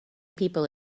people